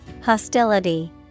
Hostility